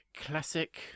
classic